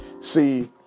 See